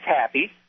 happy